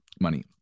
money